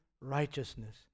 righteousness